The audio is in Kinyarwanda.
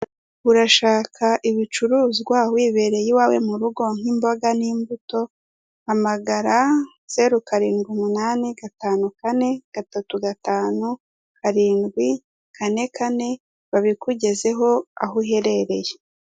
Urashaka ibicuruzwa wibereye iwawe mu rugo nk'imboga n'imbuto, hamagara zeru karindwi umunani gatanu kane gatatu gatanu karindwi kane kane, babikugezeho aho uherereye.